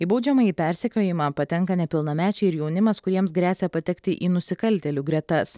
į baudžiamąjį persekiojimą patenka nepilnamečiai ir jaunimas kuriems gresia patekti į nusikaltėlių gretas